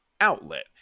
outlet